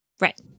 Right